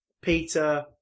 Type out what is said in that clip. Peter